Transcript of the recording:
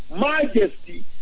majesty